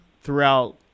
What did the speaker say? throughout